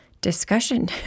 discussion